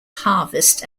harvest